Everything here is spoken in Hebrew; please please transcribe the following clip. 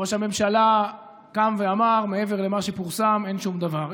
ראש הממשלה קם ואמר: מעבר למה שפורסם אין שום דבר.